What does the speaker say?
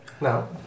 No